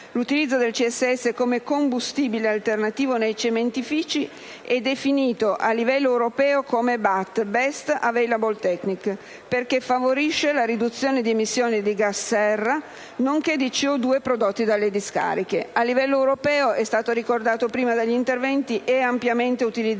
L'utilizzo del CSS come combustibile alternativo nei cementifici è definito a livello europeo come *best available technique* (BAT), perché favorisce la riduzione di emissioni di gas serra, nonché di CO2 prodotte dalle discariche. A livello europeo - è stato ricordato prima dagli interventi - è ampiamente utilizzato: